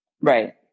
Right